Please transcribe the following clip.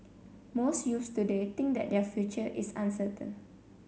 most youths today think that their future is uncertain